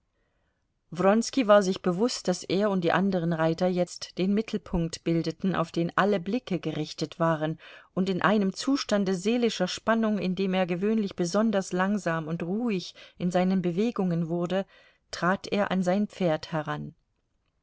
war sich bewußt daß er und die anderen reiter jetzt den mittelpunkt bildeten auf den alle blicke gerichtet waren und in einem zustande seelischer spannung in dem er gewöhnlich besonders langsam und ruhig in seinen bewegungen wurde trat er an sein pferd heran